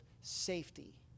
safety